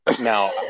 Now